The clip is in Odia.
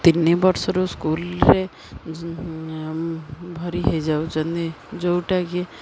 ତିନିବର୍ଷରୁ ସ୍କୁଲରେ ଭରି ହେଇଯାଉଛନ୍ତି ଯେଉଁଟାକି